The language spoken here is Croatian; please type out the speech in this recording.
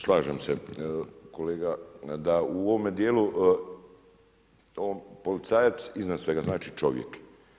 Slažem se, kolega da u ovome dijelu, u ovom, policajac iznad svega, znači čovjek.